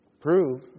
prove